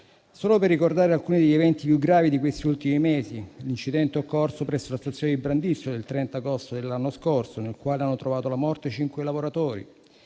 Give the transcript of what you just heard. Solo per ricordare alcuni degli eventi più gravi di questi ultimi mesi: l'incidente occorso presso la stazione di Brandizzo del 30 agosto dell'anno scorso, nel quale hanno trovato la morte cinque lavoratori;